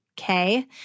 Okay